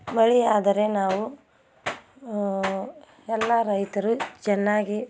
ಮಳೆ ಆದರೆ ನಾವು ಎಲ್ಲ ರೈತರು ಚೆನ್ನಾಗಿ